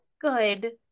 good